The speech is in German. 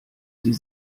sie